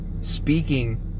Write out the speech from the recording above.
speaking